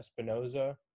Espinoza